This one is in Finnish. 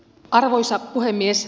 arvoisa puhemies